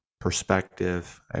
perspective